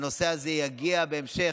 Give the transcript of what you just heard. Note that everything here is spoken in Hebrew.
בהסכמה עם משרד המשפטים הנושא הזה יגיע בהמשך,